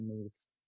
moves